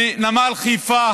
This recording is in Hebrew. בנמל חיפה